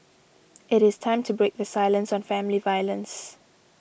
it is time to break the silence on family violence